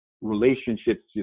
relationships